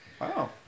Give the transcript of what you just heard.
Wow